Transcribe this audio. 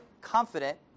confident